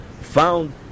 found